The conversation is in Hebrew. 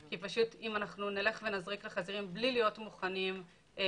אם נזריק לחזירים בלי להיות מוכנים לפתרון,